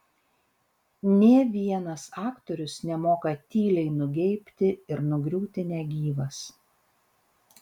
nė vienas aktorius nemoka tyliai nugeibti ir nugriūti negyvas